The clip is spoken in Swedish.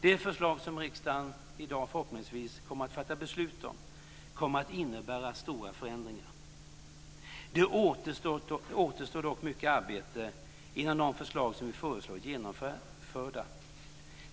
Det förslag som riksdagen i dag förhoppningsvis kommer att fatta beslut om kommer att innebära stora förändringar. Det återstår dock mycket arbete innan de förslag som vi föreslår är genomförda.